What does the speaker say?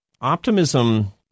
optimism